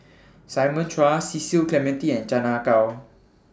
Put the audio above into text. Simon Chua Cecil Clementi and Chan Ah Kow